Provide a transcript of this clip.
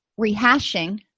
rehashing